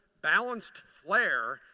balanced flair,